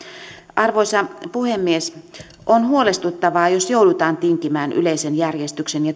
arvoisa puhemies on huolestuttavaa jos joudutaan tinkimään yleisen järjestyksen ja